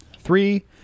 Three